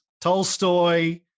Tolstoy